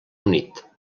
unit